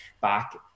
back